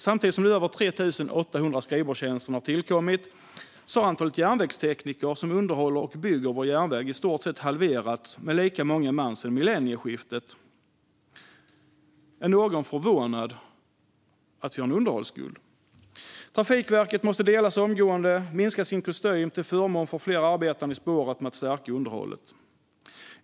Samtidigt som över 3 800 nya skrivbordstjänster har tillkommit har antalet järnvägstekniker, som underhåller och bygger vår järnväg, i stort halverats med lika många man sedan millennieskiftet. Är någon förvånad över att vi har en underhållsskuld? Trafikverket måste delas omgående och minska sin kostym till förmån för fler som arbetar i spåret med att stärka underhållet.